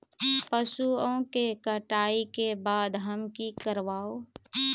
पशुओं के कटाई के बाद हम की करवा?